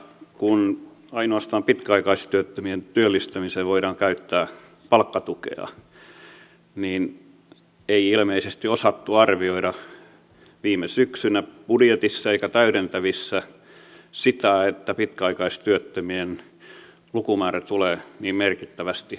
kun ainoastaan pitkäaikaistyöttömien työllistämiseen voidaan käyttää palkkatukea niin ei ilmeisesti viime syksynä budjetissa eikä täydentävissä osattu arvioida sitä että pitkäaikaistyöttömien lukumäärä tulee niin merkittävästi kasvamaan